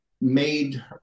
made